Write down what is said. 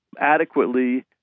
adequately